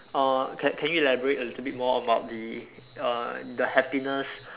uh can can you elaborate a little bit more about the uh the happiness